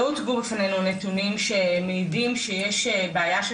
לא הוצגו בפנינו נתונים שמעידים שיש בעיה של